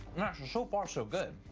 so far so good.